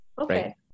Okay